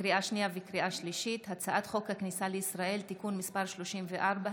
לקריאה שנייה ולקריאה שלישית: הצעת חוק הכניסה לישראל (תיקון מס' 34),